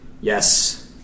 Yes